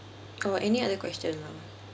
or any other question lah